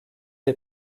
est